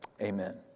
Amen